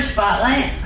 Spotlight